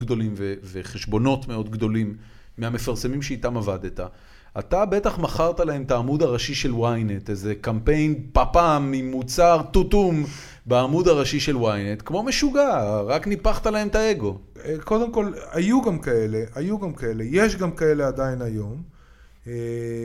גדולים וחשבונות מאוד גדולים מהמפרסמים שאיתם עבדת. אתה בטח מכרת להם את העמוד הראשי של ynet, איזה קמפיין פפם עם טוטום בעמוד הראשי של ynet, כמו משוגע, רק ניפחת להם את האגו. קודם כל, היו גם כאלה, היו גם כאלה, יש גם כאלה עדיין היום.אהה